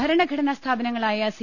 ഭരണഘടനാസ്ഥാപനങ്ങ ളായ സി